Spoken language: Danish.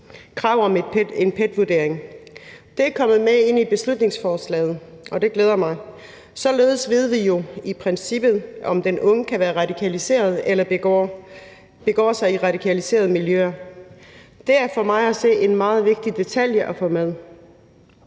krav om en PET-vurdering. Det er kommet med ind i beslutningsforslaget, og det glæder mig. Således ved vi jo i princippet, om den unge kan være radikaliseret eller begår sig i radikaliserede miljøer. Det er for mig at se en meget vigtig detalje at få med.